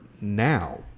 now